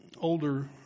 older